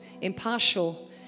impartial